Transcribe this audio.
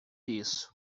isso